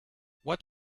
what